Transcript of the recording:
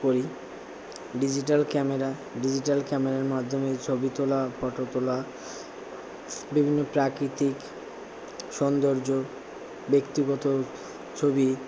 করি digital camera digital ক্যামেরার মাধ্যমে ছবি তোলা ফটো তোলা বিভিন্ন প্রাকৃতিক সৌন্দর্য ব্যক্তিগত ছবি